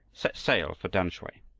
set sail for tamsui.